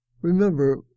Remember